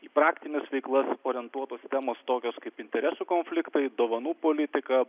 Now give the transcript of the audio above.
į praktines veiklas orientuotos temos tokios kaip interesų konfliktui dovanų politika